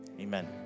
amen